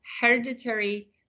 hereditary